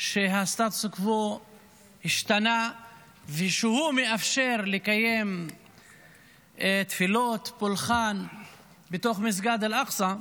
שהסטטוס קוו השתנה ושהוא מאפשר לקיים תפילות פולחן בתוך מסגד אל-אקצא,